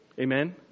Amen